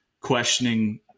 questioning